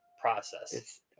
process